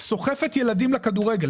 סוחפת ילדים לכדורגל.